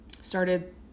started